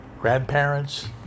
grandparents